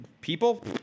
people